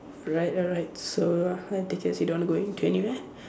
right right right so I take it as you don't want to go an~ to anywhere